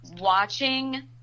watching